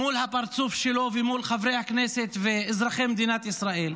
מול הפרצוף שלו ומול חברי הכנסת ואזרחי מדינת ישראל,